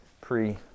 pre